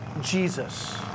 Jesus